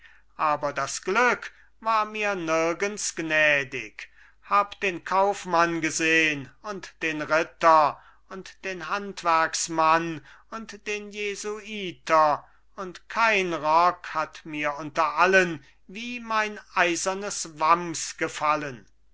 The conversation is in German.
aber das glück war mir nirgends gnädig hab den kaufmann gesehn und den ritter und den handwerksmann und den jesuiter und kein rock hat mir unter allen wie mein eisernes wams gefallen